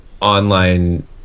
online